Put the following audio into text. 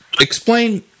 explain